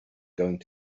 going